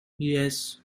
yes